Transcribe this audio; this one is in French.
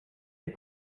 est